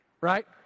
Right